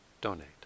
donate